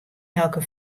elke